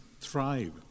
thrive